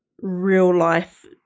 real-life